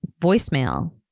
voicemail